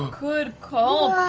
um good call,